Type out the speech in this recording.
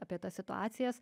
apie tas situacijas